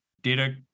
data